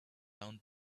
round